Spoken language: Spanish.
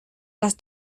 las